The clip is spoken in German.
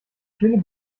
schöne